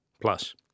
plus